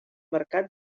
mercat